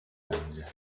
będzie